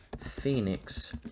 Phoenix